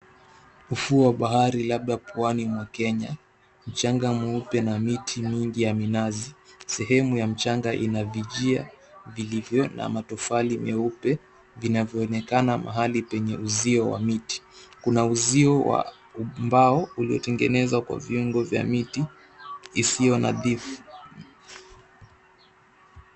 Ufuo wa bahari, labda pwani mwa Kenya, mchanga mweupe na miti mingi ya minazi. Sehemu ya mchanga ina vijia vilivyo na matofali meupe vinavyoonekana mahali penye uzio wa miti. Kuna uzio wa mbao uliotengenezwa kwa viungo vya isiyo nadhifu.